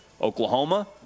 Oklahoma